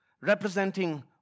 representing